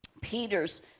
Peter's